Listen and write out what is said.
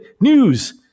news